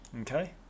Okay